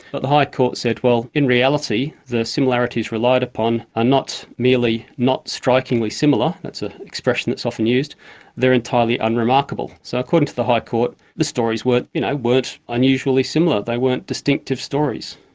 but the high court said, well, in reality the similarities relied upon are not nearly, not strikingly similar that's the ah expression that's often used they're entirely unremarkable. so according to the high court, the stories were, you know, weren't unusually similar they weren't distinctive stories.